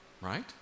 right